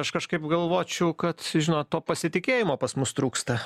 aš kažkaip galvočiau kad žinot to pasitikėjimo pas mus trūksta